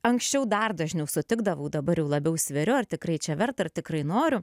anksčiau dar dažniau sutikdavau dabar jau labiau sveriu ar tikrai čia verta tikrai noriu